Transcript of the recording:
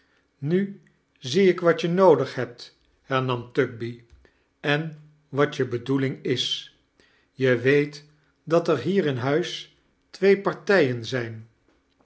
nu zie ik wat je noodig hebt hernam tugby en wat je bedoeling is je weet dat er hier in huis twee partijen zijn